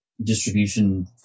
distribution